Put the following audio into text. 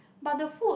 but the food